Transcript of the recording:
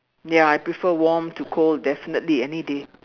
ya I prefer warm to cold definitely any day